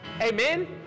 Amen